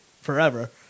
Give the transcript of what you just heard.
forever